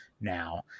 now